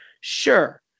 sure